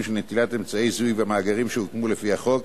של נטילת אמצעי זיהוי והמאגרים שהוקמו לפי החוק,